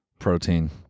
protein